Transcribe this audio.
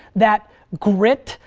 that grit,